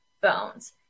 Bones